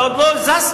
אתה עוד לא זזת,